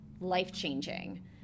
life-changing